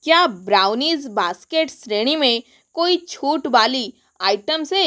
क्या brownies basket श्रेणी में कोई छूट वाली आइटम्स है